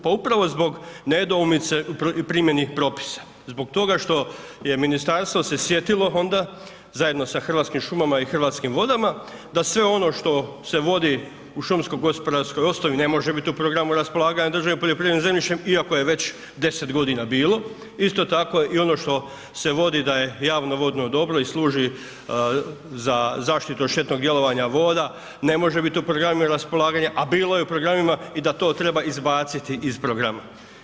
Pa upravo zbog nedoumice i primjeni propisa, zbog toga što ministarstvo se sjetilo onda zajedno sa Hrvatskim šumama i Hrvatskim vodama, da sve ono što se vodi u šumsko-gospodarskoj osnovi ne može biti u programu raspolaganja državnim poljoprivrednim zemljištem iako je već 10 g. bilo, isto tako je i ono što se vodi da je javno-vodno dobro i služi za zaštitu od štetnog djelovanja voda, ne može biti u programima raspolaganja a bilo je u programima i da to treba izbaciti iz programa.